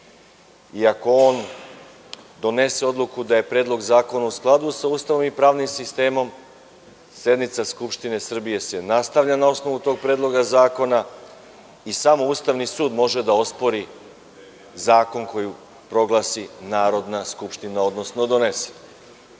Ako on donese odluku da je predlog zakona u skladu sa Ustavom i pravnim sistemom, sednica Skupštine Srbije se nastavlja na osnovu tog predloga zakona i samo Ustavni sud može da ospori zakon koji proglasi Narodna skupština, odnosno donese.